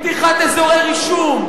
פתיחת אזורי רישום,